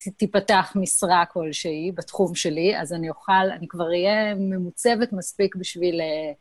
תפתח משרה כלשהי בתחום שלי, אז אני אוכל, אני כבר אהיה ממוצבת מספיק בשביל...